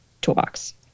toolbox